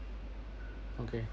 okay